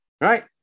right